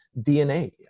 DNA